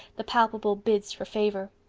the palpable bids for favor.